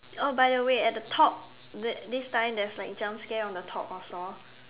oh by the way at the top this this time there is like jump scare on the top also